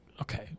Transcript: okay